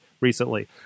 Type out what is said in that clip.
Recently